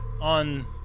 on